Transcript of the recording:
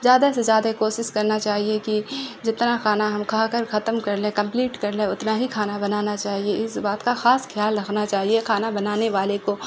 زیادہ سے زیادہ کوشش کرنا چاہیے کہ جتنا کھانا ہم کھا کر ختم کر لیں کمپلیٹ کر لیں اتنا ہی کھانا بنانا چاہیے اس بات کا خاص خیال رکھنا چاہیے کھانا بنانے والے کو